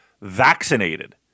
vaccinated